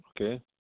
Okay